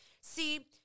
see